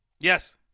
Yes